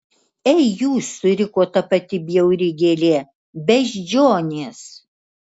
ei jūs suriko ta pati bjauri gėlė beždžionės